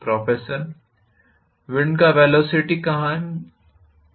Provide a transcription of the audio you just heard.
professor wind का velocity कहाँ है